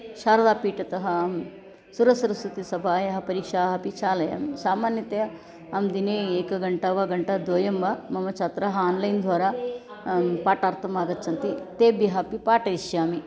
शारदापीठतः अहं सुरसरस्वतिसभायाः परीक्षाः अपि चालयामि सामान्यतया अहं दिने एकघण्टा वा घण्टाद्वयं वा मम छात्रः आन्लैन् द्वारा पाठार्थम् आगच्छन्ति तेभ्यः अपि पाठयिष्यामि